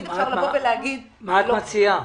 מה את מציעה?